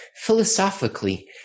Philosophically